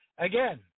Again